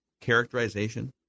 characterization